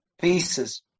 pieces